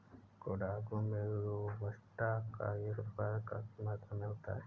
कोडागू में रोबस्टा का उत्पादन काफी मात्रा में होता है